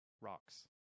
rocks